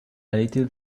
little